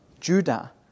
Judah